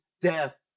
death